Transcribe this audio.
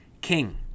King